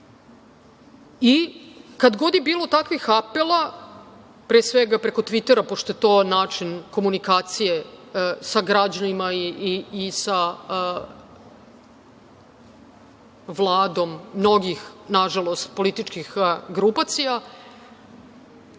I kad god je bilo takvih apela, pre svega preko tvitera, pošto je to način komunikacije sa građanima i sa Vladom mnogih, nažalost, političkih grupacija.